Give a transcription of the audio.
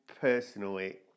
personally